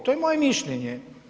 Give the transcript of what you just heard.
To je moje mišljenje.